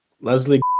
Leslie